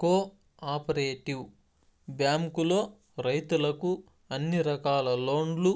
co operative బ్యాంకులో రైతులకు అన్ని రకాల లోన్లు